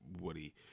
Woody